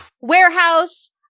warehouse